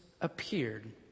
appeared